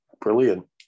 brilliant